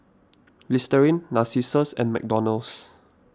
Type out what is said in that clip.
Listerine Narcissus and McDonald's